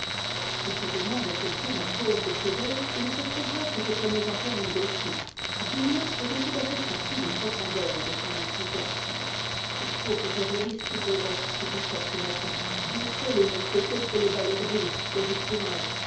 si je demande à quelqu'un la cause de ce deuil il se trouvera que je commets encore une gaucherie julien était tout à fait sorti des profondeurs de son enthousiasme il faut que je relise toutes les lettres que j'ai faites ce matin dieu sait les mots sautés et les balourdises que j'y trouverai